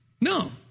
No